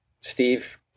Steve